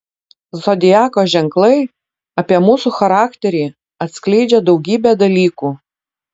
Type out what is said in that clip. zodiako ženklai apie mūsų charakterį atskleidžią daugybę dalykų